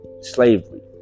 slavery